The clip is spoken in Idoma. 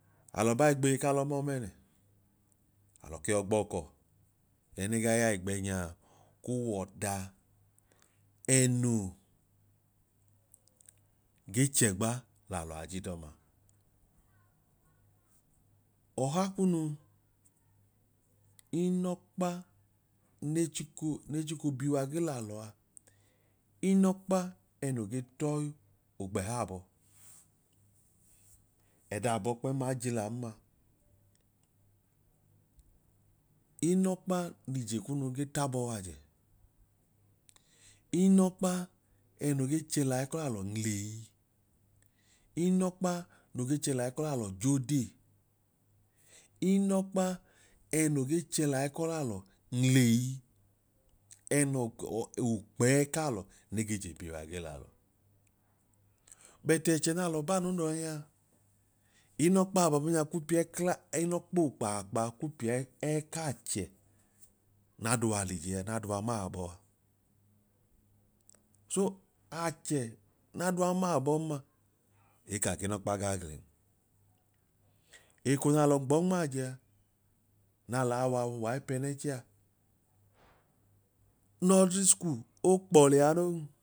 Alọ bai gbeyi k'alọ mọọ mẹnẹ alọ ke yọi gbọọkọ ẹne gaa ya igbẹnyaa ko wọda ẹnoo ge chẹgba lalọ aj'idọma. Oha kunu unọkpa ne chiko biwa ge lalọ a inọkpa ẹnoo ge tọyi ogbeha abọ. Ẹda abọ kpẹm a ijila n ma, inọkpa n'ije kunu ge de t'abọ waajẹ, inọkpa ẹnoo ge chẹlai k'ọlalọ nwuleyi, inọkpa no ge chẹ lai k'ọlalọ j'odee, inọkpa ẹẹnoo ge chẹ lai k'ọlalọ nwuleyi ẹnọk ukpẹẹ ẹkaalọ ne ge je biwa ge la lọ. But ẹchẹ n'alọ baanunoo yọ nyaa inọkpaa baabanya ku piẹ kla inọkpo kpaakpa ku pi ẹkachẹ n'adua l'ije n'adua ma abọa. So achẹ n'adua maabọ n ma, ekaa ginọkpa gagem. Eko na lọ gbọọ nm'ajẹ a, n'alọ a waw wa waipdẹnẹnchẹ a nursery school o kpo liya non